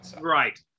Right